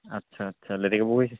আচ্ছা আচ্ছা লেটেকু পুখুৰী